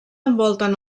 envolten